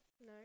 No